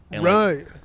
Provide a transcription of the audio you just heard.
Right